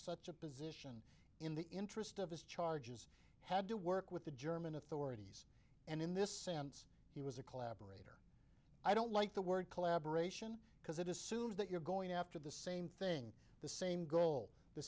such a position in the interest of his charges had to work with the german authorities and in this sense he was a collaborator i don't like the word collaboration because it assumes that you're going after the same thing the same goal the